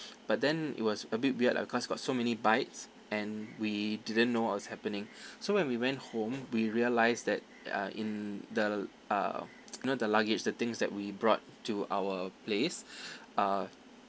but then it was a bit weird lah because got so many bites and we didn't know what was happening so when we went home we realised that uh in the uh you know the luggage the things that we brought to our place uh